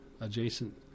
adjacent